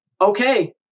Okay